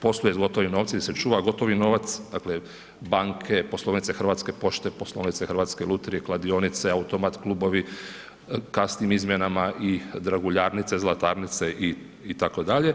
posluje s gotovim novcem, gdje se čuva gotovi novac, dakle, banke, poslovnice Hrvatske pošte, poslovne Hrvatske lutrije, kladionice, automat klubovi, kasnim izmjenama i draguljarnice, zlatarnice itd.